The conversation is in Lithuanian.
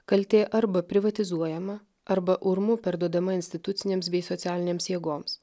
kaltė arba privatizuojama arba urmu perduodama institucinėms bei socialinėms jėgoms